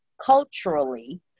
culturally